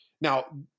Now